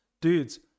dudes